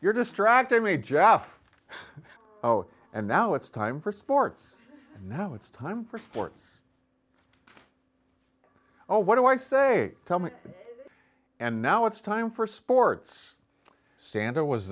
you're distracted me jeff oh and now it's time for sports now it's time for sports or what do i say tell me and now it's time for sports santa was